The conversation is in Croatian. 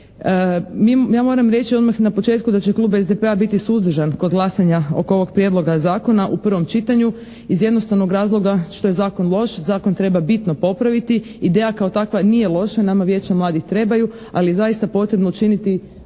Ja moram reći odmah na početku da će klub SDP-a biti suzdržan kod glasanja oko ovog prijedloga zakona u prvom čitanju iz jednostavnog razloga što je zakon loš, zakon treba bitno popraviti, ideja kao takva nije loša, nama vijeća mladih trebaju ali je zaista potrebno učiniti